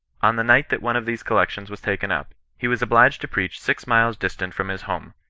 on the night that one of these collections was taken up, he was obliged to preach six miles distant from his home,